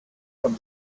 from